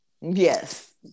Yes